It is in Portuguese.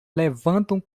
levantam